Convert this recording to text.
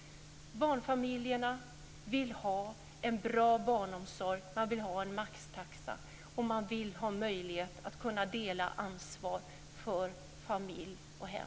Barnfamiljerna vill ha en bra barnomsorg och en maxtaxa, och de vill ha möjlighet att dela på ansvaret för familj och hem.